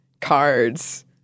cards